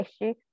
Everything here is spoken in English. issue